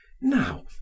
Now